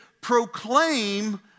proclaim